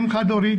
אם חד הורית,